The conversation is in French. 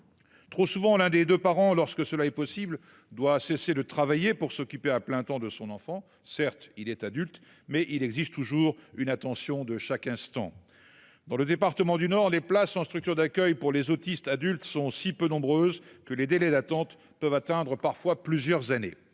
Trop souvent, l'un des deux parents lorsque cela est possible doit cesser de travailler pour s'occuper à plein temps de son enfant, certes il est adulte mais il existe toujours une attention de chaque instant. Dans le département du Nord, les places en structure d'accueil pour les autistes adultes sont si peu nombreuses que les délais d'attente peuvent atteindre parfois plusieurs années.